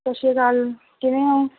ਸਤਿ ਸ਼੍ਰੀ ਅਕਾਲ ਕਿਵੇਂ ਹੋ